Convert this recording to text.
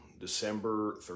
December